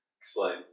Explain